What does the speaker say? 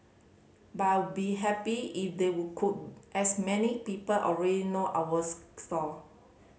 but I would be happy if they would could as so many people already know our stall